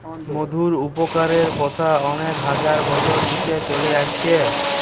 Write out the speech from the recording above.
মধুর উপকারের কথা অনেক হাজার বছর থিকে চলে আসছে